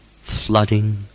Flooding